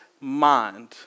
mind